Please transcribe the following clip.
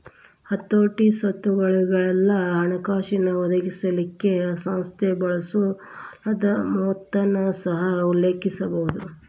ಹತೋಟಿ, ಸ್ವತ್ತುಗೊಳಿಗೆಲ್ಲಾ ಹಣಕಾಸಿನ್ ಒದಗಿಸಲಿಕ್ಕೆ ಸಂಸ್ಥೆ ಬಳಸೊ ಸಾಲದ್ ಮೊತ್ತನ ಸಹ ಉಲ್ಲೇಖಿಸಬಹುದು